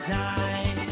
die